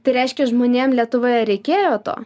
tai reiškia žmonėm lietuvoje reikėjo to